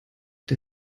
der